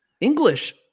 English